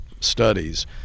studies